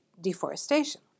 deforestation